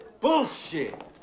Bullshit